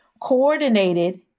coordinated